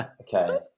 Okay